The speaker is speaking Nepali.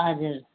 हजुर